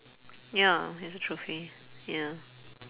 ya it's a trophy ya